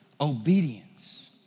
obedience